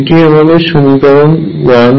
এটি আমাদের সমীকরণ 1